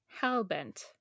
Hellbent